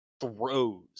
throws